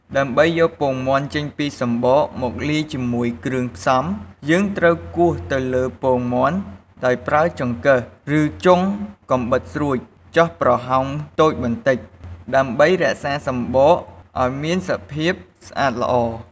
ដើម្បីយកពងមាន់ចេញពីសំបកមកលាយជាមួយគ្រឿងផ្សំ យើងត្រូវគោះទៅលើពងមាន់ដោយប្រើចង្កឹះឬចុងកាំបិតស្រួចចោះប្រហោងតូចបន្តិច ដើម្បីរក្សាសំបកឲ្យមានសភាពស្អាតល្អ។